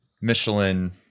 Michelin